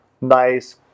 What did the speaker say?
nice